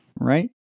right